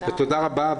תודה רבה.